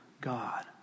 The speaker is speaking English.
God